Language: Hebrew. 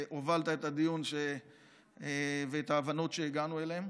והובלת את הדיון ואת ההבנות שהגענו אליהן.